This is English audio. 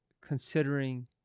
considering